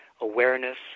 awareness